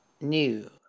new